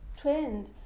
trend